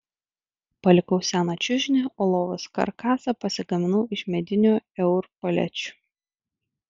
palikau seną čiužinį o lovos karkasą pasigaminau iš medinių eur palečių